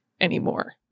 anymore